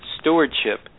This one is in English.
stewardship